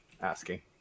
asking